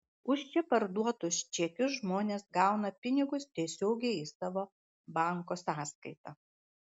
už čia parduotus čekius žmonės gauna pinigus tiesiogiai į savo banko sąskaitą